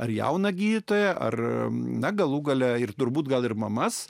ar jauną gydytoją ar na galų gale ir turbūt gal ir mamas